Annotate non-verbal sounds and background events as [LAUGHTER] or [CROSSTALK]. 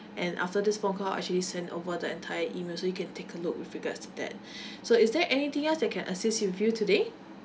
and after this phone call actually send over the entire email so you can take a look with regards to that [BREATH] so is there anything else that I can assist with you today